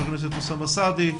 אוסאמה סעדי,